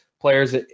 players